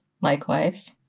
Likewise